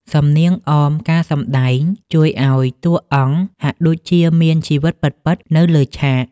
សំនៀងអមការសម្ដែងជួយឱ្យតួអង្គហាក់ដូចជាមានជីវិតពិតៗនៅលើឆាក។